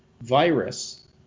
virus